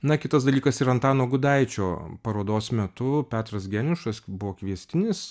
na kitas dalykas yra antano gudaičio parodos metu petras geniušas buvo kviestinis